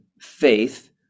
faith